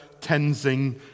Tenzing